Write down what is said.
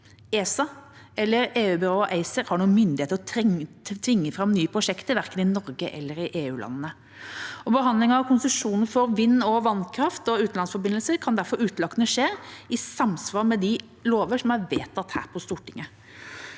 ESA eller EU-byrået ACER har noen myndighet til å tvinge fram nye prosjekter, verken i Norge eller i EU-landene. Behandling av konsesjoner for vind- og vannkraft og utenlandsforbindelser kan derfor utelukkende skje i samsvar med de lover som er vedtatt her på Stortinget.